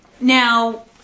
Now